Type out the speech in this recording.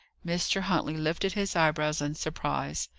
mr. huntley lifted his eyebrows in surprise.